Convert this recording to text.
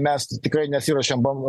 mes tikrai nesiruošiam